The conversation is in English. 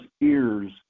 ears